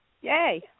Yay